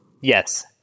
Yes